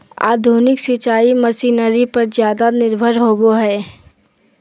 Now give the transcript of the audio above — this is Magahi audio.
आधुनिक सिंचाई मशीनरी पर ज्यादा निर्भर होबो हइ